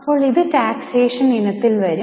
ഇപ്പോൾ ഇത് ടാക്സേഷൻ ഇനത്തിൽ വരും